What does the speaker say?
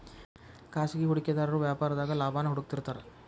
ಖಾಸಗಿ ಹೂಡಿಕೆದಾರು ವ್ಯಾಪಾರದಾಗ ಲಾಭಾನ ಹುಡುಕ್ತಿರ್ತಾರ